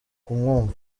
kumwumva